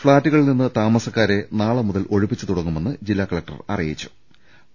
ഫ്ളാറ്റു കളിൽ നിന്ന് താമസക്കാരെ നാളെ മുതൽ ഒഴിപ്പിച്ചുതുടങ്ങുമെന്ന് ജില്ലാ കലക്ടർ അറിയിച്ചിട്ടുണ്ട്